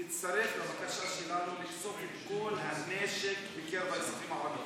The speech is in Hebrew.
תצטרף לבקשה שלנו לפסול את כל הנשק בקרב האזרחים הערבים.